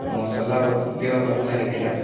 ମସଲା ମଧ୍ୟ ଭଲ ଲାଗିଥିଲା